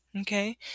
Okay